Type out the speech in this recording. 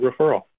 referral